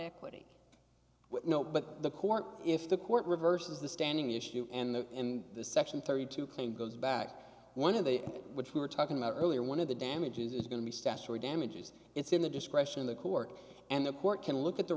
equating no but the court if the court reverses the standing issue and the in the section thirty two dollars claim goes back one of the which we were talking about earlier one of the damages is going to be statutory damages it's in the discretion of the court and the court can look at the